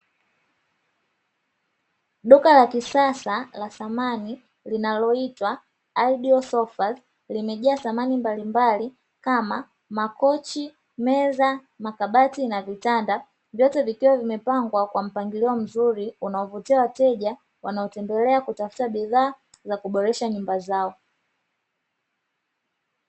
Duka la kisasa la samani linaloitwa "Ideal SOFAS" limejaa samani mbalimbali kama; makochi, meza, makabati na vitanda, vyote vikiwa vimepangwa kwa mpangilio mzuri, unaovutia wateja wanaotembelea kutafuta bidhaa za kuboresha nyumba zao.